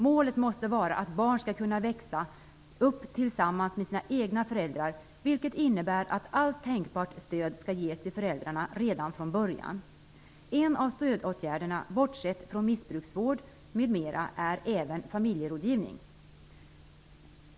Målet måste vara att barn skall kunna växa upp tillsammans med sina egna föräldrar, vilket innebär att allt tänkbart stöd skall ges till föräldrarna redan från början. En av stödåtgärderna, bortsett från missbruksvård m.m., är familjerådgivning.